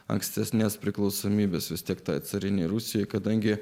ankstesnės priklausomybės susitikta carinei rusijai kadangi